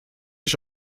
ich